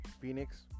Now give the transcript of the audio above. Phoenix